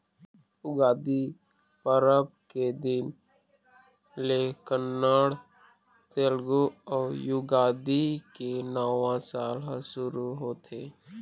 उगादी परब के दिन ले कन्नड़, तेलगु अउ युगादी के नवा साल ह सुरू होथे